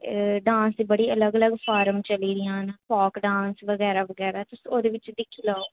एह् डांस दी बड़ी अलग अलग फार्म चली दियां न फोक डांस बगैरा बगैरा तुस ओह्दे बिच्च बी दिक्खी लैओ